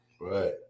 Right